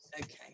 Okay